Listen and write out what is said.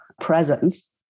presence